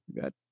Got